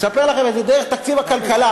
אני אספר לכם את זה דרך תקציב החינוך.